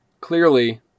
clearly